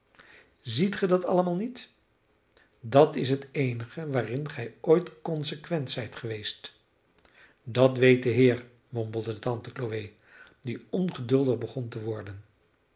ziet ge dat allemaal niet dat is het eenige waarin gij ooit consequent zijt geweest dat weet de heer mompelde tante chloe die ongeduldig begon te worden